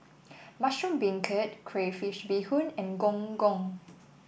Mushroom Beancurd Crayfish Beehoon and Gong Gong